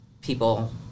people